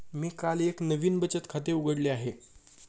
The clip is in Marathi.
मी काल एक नवीन बचत खाते उघडले आहे